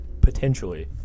potentially